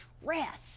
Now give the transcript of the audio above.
stress